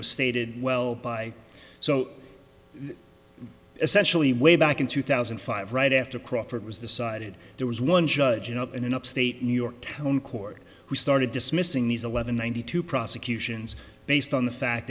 was stated well by so essentially way back in two thousand and five right after crawford was decided there was one judge up in an upstate new york town court who started dismissing these eleven ninety two prosecutions based on the fact